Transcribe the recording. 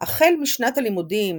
החל משנת הלימודים